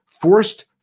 forced